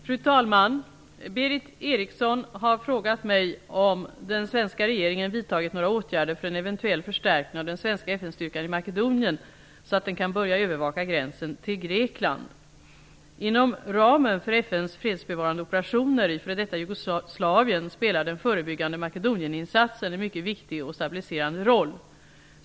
Fru talman! Berith Eriksson har frågat mig om den svenska regeringen vidtagit några åtgärder för en eventuell förstärkning av den svenska FN-styrkan i Makedonien så att den kan börja övervaka gränsen till Grekland. Inom ramen för FN:s fredsbevarande operationer i f.d. Jugoslavien spelar den förebyggande Makedonieninsatsen en mycket viktig och stabiliserande roll.